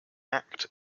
act